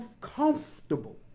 comfortable